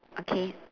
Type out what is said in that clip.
okay